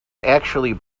actually